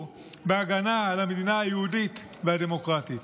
בהגנה על המדינה היהודית והדמוקרטית.